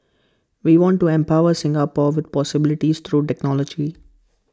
we want to empower Singapore with possibilities through technology